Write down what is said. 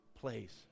place